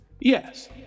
yes